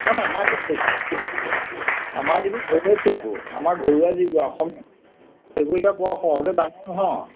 নাই নাই আমাৰ এতিয়া দেছি আমাৰ যিবোৰ ঘৰচিয়াবোৰ আমাৰ ঘৰুৱা যিবোৰ অসমীয়া সেইবোৰ এতিয়া পোৱা সহজে ডাঙৰ নহয়